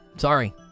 sorry